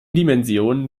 dimensionen